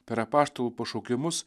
per apaštalų pašaukimus